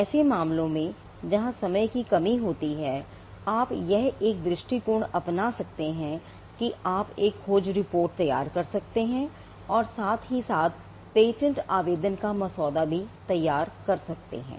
ऐसे मामलों में जहां समय की कमी होती है आप यह एक दृष्टिकोण अपना सकते हैं कि आप एक खोज रिपोर्ट तैयार कर सकते हैं और साथ ही साथ पेटेंट आवेदन का मसौदा भी तैयार कर सकते हैं